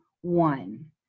one